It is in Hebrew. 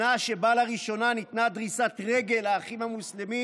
שנה שבה לראשונה ניתנה דריסת רגל לאחים המוסלמים